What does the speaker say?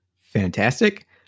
Fantastic